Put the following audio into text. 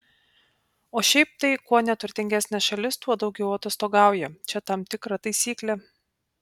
o šiaip tai kuo neturtingesnė šalis tuo daugiau atostogauja čia tam tikra taisyklė